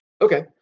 Okay